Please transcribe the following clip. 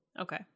Okay